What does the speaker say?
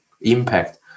impact